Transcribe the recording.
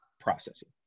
processing